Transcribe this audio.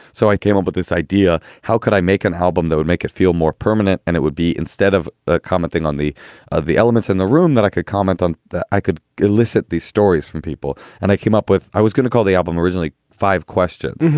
so i came up with this idea, how could i make an album that would make it feel more permanent? and it would be instead of ah commenting on the of the elements in the room that i could comment on, that i could elicit these stories from people. and i came up with. i was going to call the album originally five questions.